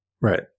Right